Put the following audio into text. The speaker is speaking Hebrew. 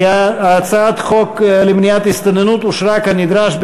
הכנסת, בעד, 24, 48 מתנגדים, אין נמנעים.